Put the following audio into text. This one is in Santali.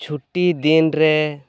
ᱪᱷᱩᱴᱤ ᱫᱤᱱᱨᱮ